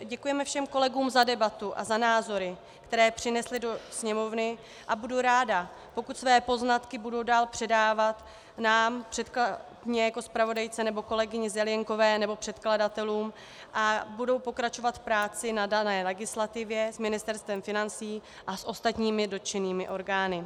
Děkujeme všem kolegům za debatu a za názory, které přinesli do Sněmovny, a budu ráda, pokud své poznatky budou dál předávat mně jako zpravodajce nebo kolegyni Zelienkové nebo předkladatelům a budou pokračovat v práci na dané legislativě s Ministerstvem financí a s ostatními dotčenými orgány.